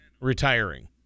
retiring